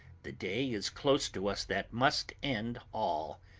the day is close to us that must end all,